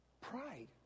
pride